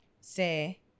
say